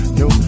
no